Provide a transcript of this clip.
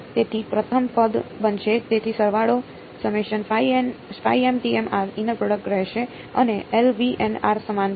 તેથી પ્રથમ પદ બનશે તેથી સરવાળો ઈનર પ્રોડક્ટ રહેશે અને સમાન છે